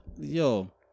yo